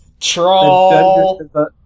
Troll